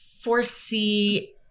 foresee